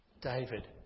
David